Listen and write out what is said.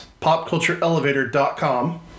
popcultureelevator.com